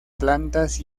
plantas